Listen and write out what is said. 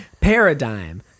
paradigm